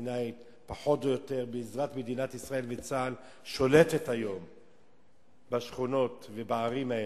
הפלסטינית בעזרת מדינת ישראל וצה"ל שולטת בשכונות ובערים האלה,